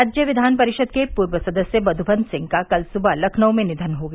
राज्य विधान परिषद के पूर्व सदस्य मधुबन सिंह का कल सुबह लखनऊ में निधन हो गया